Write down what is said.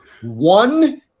one-